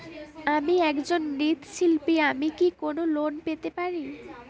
আমি একজন মৃৎ শিল্পী আমি কি কোন লোন পেতে পারি?